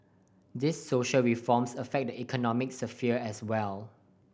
these social reforms affect the economic sphere as well